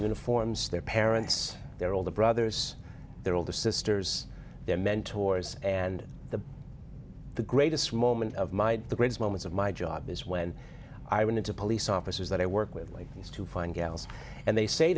uniforms their parents their older brothers their older sisters their mentors and the the greatest moment of my the greatest moments of my job is when i went into police officers that i work with like these two fine gals and they say